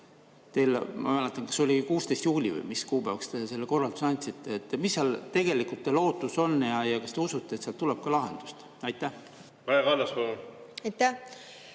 – ma ei mäleta, kas oli 16. juuli või mis kuupäevaks te selle korralduse andsite – lahendus? Mis tegelikult teie lootus on ja kas te usute, et sealt tuleb ka lahendust? Aitäh,